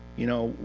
you know,